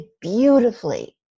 beautifully